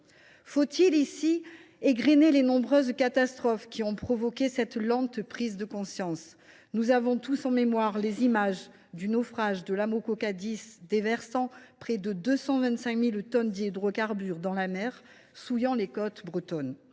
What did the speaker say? Faut il, ici, égrener les nombreuses catastrophes qui ont provoqué cette lente prise de conscience ? Nous avons tous en mémoire les images du naufrage de l’ déversant près de 225 000 tonnes d’hydrocarbures dans la mer, souillant les côtes bretonnes.